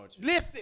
listen